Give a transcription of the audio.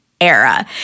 era